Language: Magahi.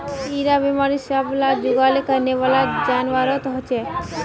इरा बिमारी सब ला जुगाली करनेवाला जान्वारोत होचे